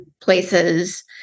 places